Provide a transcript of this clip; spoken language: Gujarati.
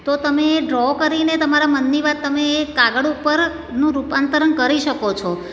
તો તમે ડ્રો કરીને તમારા મનની વાત તમે એ કાગળ ઉપર રૂપાંતરણ કરી શકો છો